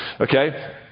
okay